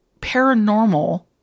paranormal